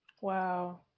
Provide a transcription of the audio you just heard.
Wow